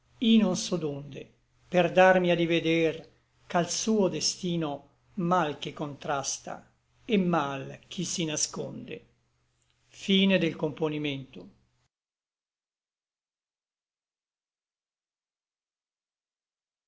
non so donde per darmi a diveder ch'al suo destino mal chi contrasta et mal chi si nasconde lasso me